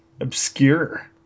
Obscure